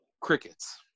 crickets